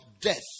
death